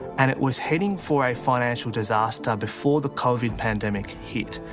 and it was heading for a financial disaster before the covid pandemic hit.